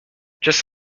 just